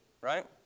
right